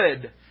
good